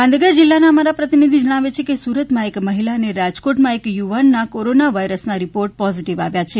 ગાંધીનગર જિલ્લાના અમારા પ્રતિનિધિ જણાવે છે કે સુરતમાં એક મહિલા અને રાજકોટમાં એક યુવાનના કોરોના વાયરસના રીપોર્ટ પોઝિટીવ આવ્યા છે